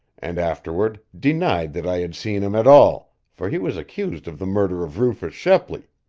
and afterward denied that i had seen him at all, for he was accused of the murder of rufus shepley.